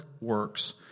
works